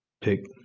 pick